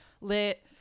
lit